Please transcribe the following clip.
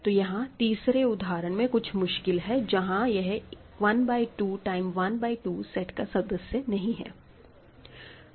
तो यहां तीसरे उदाहरण में कुछ मुश्किल है जहां यह 1 बाय 2 टाइम 1 बाय 2 सेट का सदस्य नहीं है